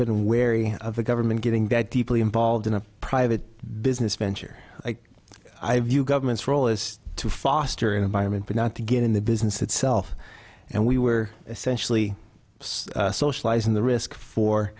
been wary of the government getting that deeply involved in a private business venture i view government's role is to foster an environment but not to get in the business itself and we were essentially socializing the risk for